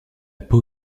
peau